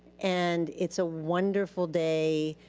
and it's a wonderful day.